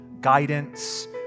guidance